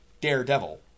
Daredevil